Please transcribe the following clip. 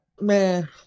Man